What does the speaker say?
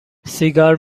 سیگار